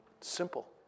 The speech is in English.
Simple